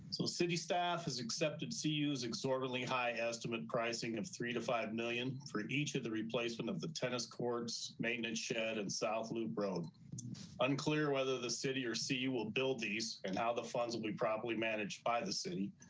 so city staff has accepted see us exorbitantly high estimate pricing of three to five million for each of the replacement of the tennis courts maintenance shed and south loop road. mike duffy unclear whether the city or see you will build these and how the funds will be properly managed by the city.